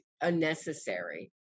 unnecessary